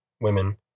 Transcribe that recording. women